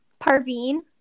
Parveen